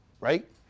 Right